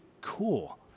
cool